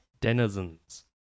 denizens